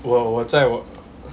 我我在我